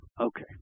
Okay